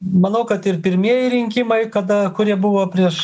manau kad ir pirmieji rinkimai kada kurie buvo prieš